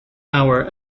hour